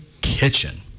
kitchen